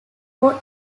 four